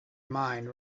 mind